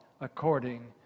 according